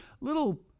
little